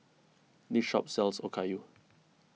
this shop sells Okayu